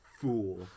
fool